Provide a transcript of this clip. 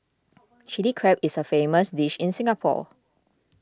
Chilli Crab is a famous dish in Singapore